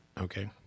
Okay